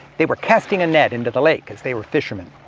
they were casting a net into the lake, as they were fishermen.